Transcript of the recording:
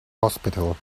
hospital